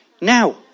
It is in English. Now